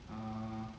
ah